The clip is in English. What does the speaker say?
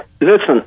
listen